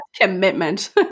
commitment